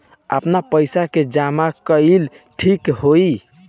आपन पईसा के जमा कईल ठीक होई?